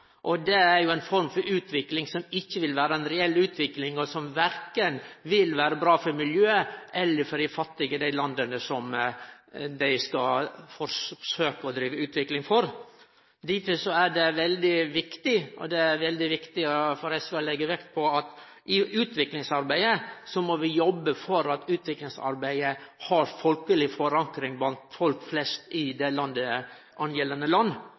Det er ei form for utvikling som ikkje vil vere ei reell utvikling, og som verken vil vere bra for miljøet eller for dei fattige i dei landa som ein skal forsøkje å drive utvikling i. Difor er det veldig viktig – og det er det veldig viktig for SV å leggje vekt på – at i utviklingsarbeidet må vi jobbe for at utviklingsarbeidet har forankring blant folk flest i gjeldande land. Det er heilt opplagt at det folkelege grunnplanet i eit land,